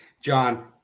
John